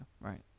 Right